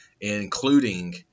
including